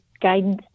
guidance